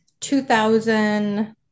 2000